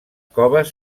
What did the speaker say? coves